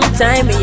time